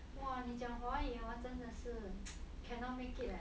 !wah! 你讲华语 hor 真的是 cannot make it eh